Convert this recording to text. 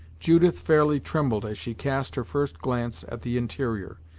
judith fairly trembled as she cast her first glance at the interior,